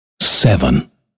seven